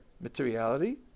materiality